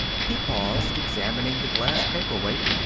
he paused, examining the glass paperweight.